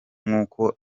nk’uko